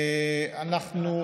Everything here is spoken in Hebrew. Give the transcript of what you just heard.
אתם לא,